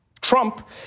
Trump